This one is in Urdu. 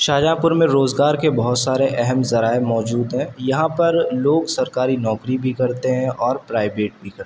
شاہجہاں پور میں روزگار کے بہت سارے اہم ذرائع موجود ہیں یہاں پر لوگ سرکاری نوکری بھی کرتے ہیں اور پرائیوٹ بھی کرتے ہیں